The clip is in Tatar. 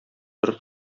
бер